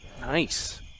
Nice